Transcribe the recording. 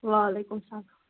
وعلیکُم سلام